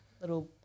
little